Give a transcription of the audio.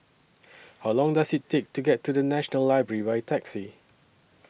How Long Does IT Take to get to The National Library By Taxi